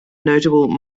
notable